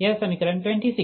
यह समीकरण 26 है